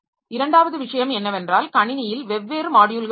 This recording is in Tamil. இரண்டாவது விஷயம் என்னவென்றால் கணினியில் வெவ்வேறு மாட்யுல்கள் உள்ளன